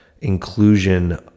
inclusion